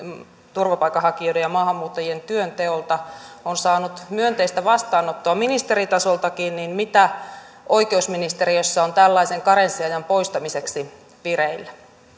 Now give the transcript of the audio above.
turvapaikanhakijoiden ja maahanmuuttajien työnteolta on saanut myönteistä vastaanottoa ministeritasoltakin ja kysyisinkin mitä oikeusministeriössä on tällaisen karenssiajan poistamiseksi vireillä